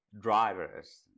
drivers